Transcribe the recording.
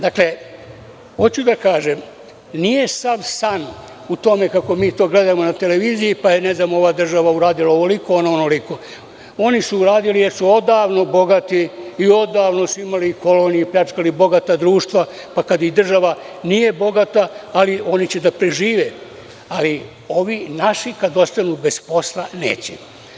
Dakle, hoću da kažem, nije sav san u tome kako mi to gledamo na televiziji pa je, ne znam, ova država uradila ovoliko, ona onoliko, oni su uradili jer su odavno bogati i odavno su imali kolonije i pljačkali bogata društva, pa kada i država nije bogata ali oni će da prežive, ali ovi naši kada ostanu bez posla neće.